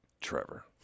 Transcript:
Trevor